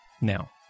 Now